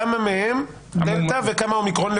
כמה מהם דלתא וכמה אומיקרון,